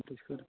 तशें कर